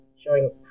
showing